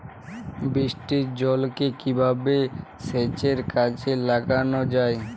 বৃষ্টির জলকে কিভাবে সেচের কাজে লাগানো যায়?